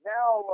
now